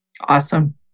Awesome